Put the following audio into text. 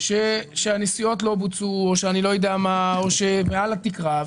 שהנסיעות לא בוצעו או שהן מעל התקרה,